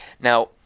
Now